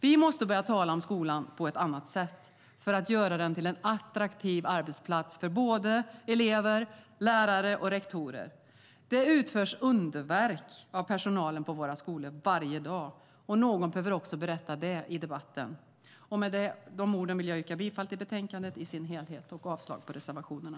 Vi måste börja tala om skolan på ett annat sätt för att göra den till en attraktiv arbetsplats för såväl elever som lärare och rektorer. Det utförs underverk av personalen på våra skolor varje dag, och någon behöver också berätta det i debatten. Med de orden vill jag yrka bifall till utskottets förslag i dess helhet och avslag på reservationerna.